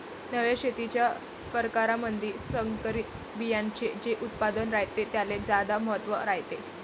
नव्या शेतीच्या परकारामंधी संकरित बियान्याचे जे उत्पादन रायते त्याले ज्यादा महत्त्व रायते